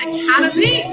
Academy